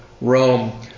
Rome